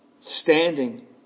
Standing